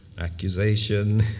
accusation